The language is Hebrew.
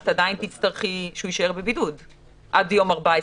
את עדיין תצטרכי שהוא יישאר בבידוד עד יום 14,